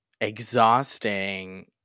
exhausting